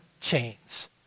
chains